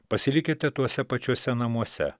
pasilikite tuose pačiuose namuose